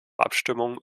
abstimmung